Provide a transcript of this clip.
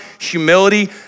Humility